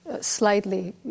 slightly